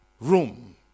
room